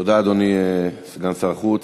תודה, אדוני סגן שר החוץ.